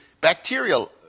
bacterial